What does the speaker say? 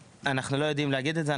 אנחנו לא יודעים להגיד את זה.